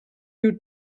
new